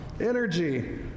Energy